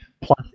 Plus